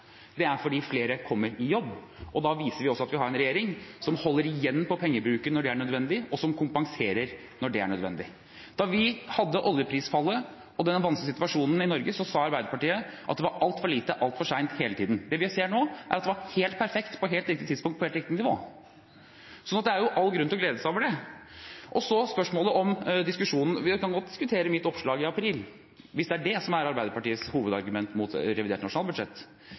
Det er fordi flere kommer i jobb. Da viser vi også at vi har en regjering som holder igjen på pengebruken når det er nødvendig, og som kompenserer når det er nødvendig. Da vi hadde oljeprisfallet og den vanskelige situasjonen i Norge, sa Arbeiderpartiet hele tiden at det var altfor lite altfor sent. Det vi ser nå, er at det var helt perfekt på helt riktig tidspunkt på helt riktig nivå. Så det er all grunn til å glede seg over det. Og vi kan godt diskutere mitt oppslag i april, hvis det er det som er Arbeiderpartiets hovedargument mot revidert nasjonalbudsjett,